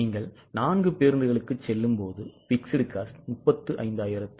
நீங்கள் 4 பேருந்துகளுக்குச் செல்லும்போது fixed cost 35024 ஆகிறது